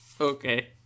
Okay